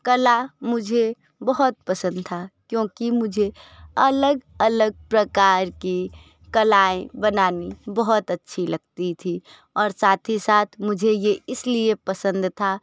कला मुझे बहुत पसंद था क्योंकि मुझे अलग अलग प्रकार की कलाएँ बनानी बहुत अच्छी लगती थी और साथ ही साथ मुझे ये इसलिए पसंद था